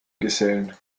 gesellen